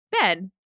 Ben